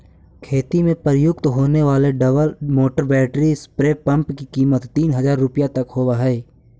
खेती में प्रयुक्त होने वाले double motor battery spray pump की कीमत तीन हज़ार रुपया तक होवअ हई